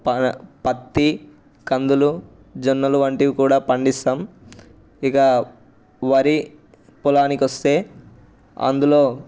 ప పత్తి కందులు జొన్నలు వంటివి కూడా పండిస్తాం ఇక వరి పొలానికి వస్తే అందులో